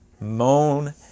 moan